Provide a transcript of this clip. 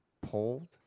Pulled